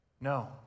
no